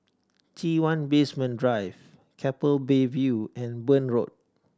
T One Basement Drive Keppel Bay View and Burn Road